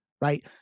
right